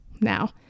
Now